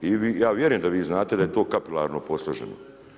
I ja vjerujem da vi znate da je to kapilarno posloženo.